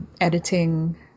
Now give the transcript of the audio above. editing